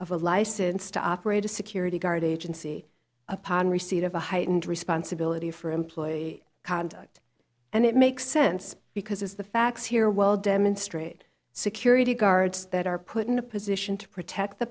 of a license to operate a security guard agency upon receipt of a heightened responsibility for employee conduct and it makes sense because the facts here well demonstrate security guards that are put in a position to protect the